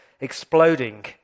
exploding